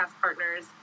partners